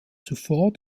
zuvor